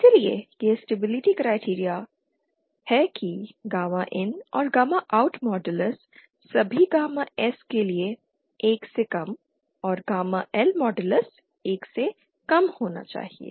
इसलिए यह stability criteria है कि गामा IN और गामा OUT मॉडलस सभी गामा S के लिए 1 से कम और गामा L मॉडलस 1 से कम होना चाहिए